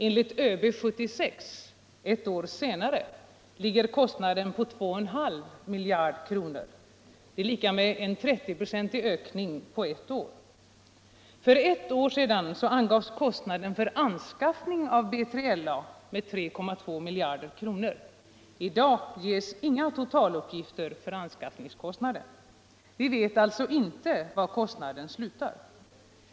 Enligt ÖB 76 — ett år senare — ligger kostnaden på 2,5 miljarder kronor - en 30-procentig ökning på ett år. För ewt år sedan angavs kostnaden för anskaffning av B3LA till 3,2 miljarder kronor. I dag ges inga totaluppgifter för anskaffningskostnaden. Vi vet alltså inte var kostnaden slutar.